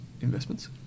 investments